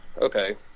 okay